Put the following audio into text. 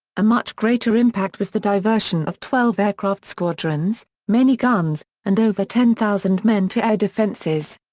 a much greater impact was the diversion of twelve aircraft squadrons, many guns, and over ten thousand men to air defenses.